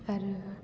आरो